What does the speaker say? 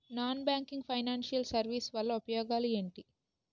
Non banking financial services వల్ల ఉపయోగాలు ఎంటి?